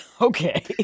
Okay